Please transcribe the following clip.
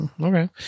okay